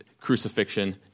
crucifixion